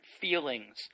feelings